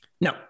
No